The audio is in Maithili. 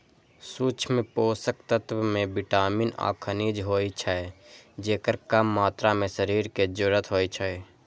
सूक्ष्म पोषक तत्व मे विटामिन आ खनिज होइ छै, जेकर कम मात्रा मे शरीर कें जरूरत होइ छै